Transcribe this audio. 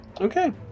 Okay